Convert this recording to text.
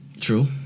True